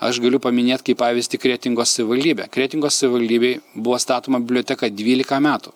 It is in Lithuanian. aš galiu paminėt kaip pavyzdį kretingos savivaldybę kretingos savivaldybėj buvo statoma biblioteka dvylika metų